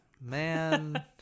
man